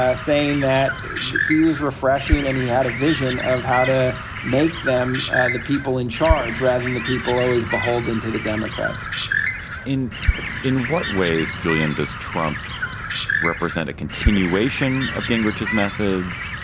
ah saying that he was refreshing and he had a vision of how to make them the people in charge rather than the people always beholden to the democrats in in what ways, julian, does trump represent a continuation of gingrich's methods?